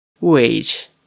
Wait